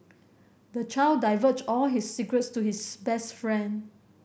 the child divulged all his secrets to his best friend